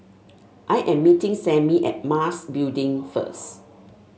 I am meeting Sammy at Mas Building first